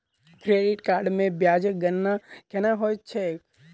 credit card मे ब्याजक गणना केना होइत छैक